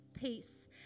peace